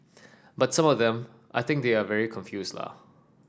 but some of them I think they are very confuse la